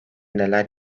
neler